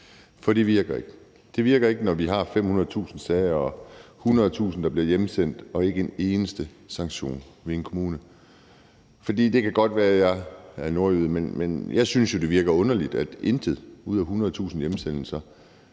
For det virker ikke. Det virker ikke, når vi har 500.000 sager og 100.000, der bliver hjemsendt, og der ikke er en eneste sanktion for en kommune. Det kan godt være, at jeg er nordjyde, men jeg synes jo, at det virker underligt, at ingen ud af 100.000 hjemsendelser